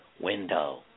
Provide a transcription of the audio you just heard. window